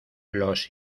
los